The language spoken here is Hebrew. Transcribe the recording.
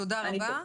תודה רבה.